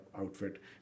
outfit